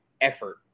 effort